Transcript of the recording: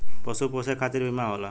पशु पोसे खतिर बीमा होला